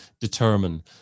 determine